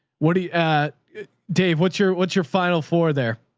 what do you dave? what's your, what's your final four there?